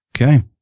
Okay